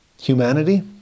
humanity